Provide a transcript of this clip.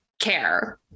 care